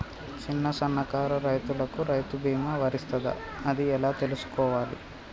చిన్న సన్నకారు రైతులకు రైతు బీమా వర్తిస్తదా అది ఎలా తెలుసుకోవాలి?